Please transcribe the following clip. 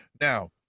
Now